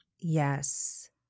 yes